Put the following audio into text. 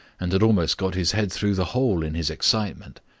and had almost got his head through the hole in his excitement.